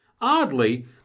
Oddly